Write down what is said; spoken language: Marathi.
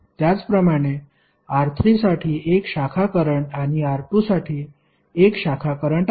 त्याचप्रमाणे R3 साठी 1 शाखा करंट आणि R2 साठी 1 शाखा करंट आहे